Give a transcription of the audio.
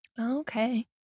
Okay